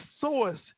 source